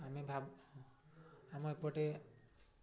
ଆମେ ଭାବ ଆମ ଏପଟେ